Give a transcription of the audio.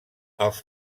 els